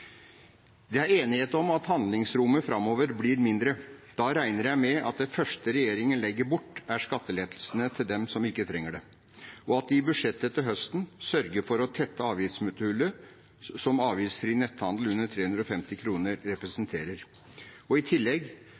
Det er enighet om at handlingsrommet framover blir mindre. Da regner jeg med at det første regjeringen legger bort, er skattelettelsene til dem som ikke trenger det, og at de i budsjettet til høsten sørger for å tette avgiftssmutthullet som avgiftsfri netthandel under 350 kr representerer, i tillegg